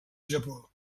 japó